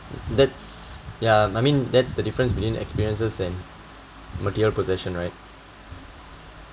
that's ya I mean that's the difference between experiences and material possession right